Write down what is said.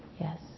Yes